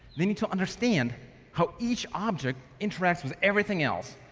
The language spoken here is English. they need to understand how each object interacts with everything else.